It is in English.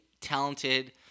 talented